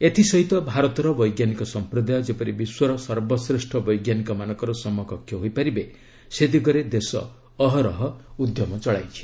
ଏଥିସହିତ ଭାରତର ବୈଜ୍ଞାନିକ ସମ୍ପ୍ରଦାୟ ଯେପରି ବିଶ୍ୱର ସର୍ବଶ୍ରେଷ୍ଠ ବୈଜ୍ଞାନିକମାନଙ୍କର ସମକକ୍ଷ ହୋଇପାରିବ ସେ ଦିଗରେ ଦେଶ ଅହରହ ଉଦ୍ୟମ ଚଳାଇଛି